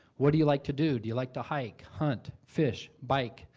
what do you like to do? do you like to hike? hunt? fish? bike?